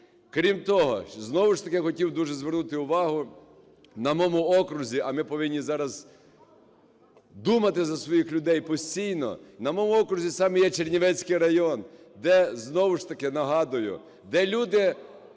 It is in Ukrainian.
Крім того, знову ж таки, хотів дуже звернути увагу, на моєму окрузі, а ми повинні зараз думати за своїх людей постійно, на моєму окрузі саме є Чернівецький район, де, знову ж таки, нагадую, де люди